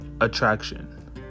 attraction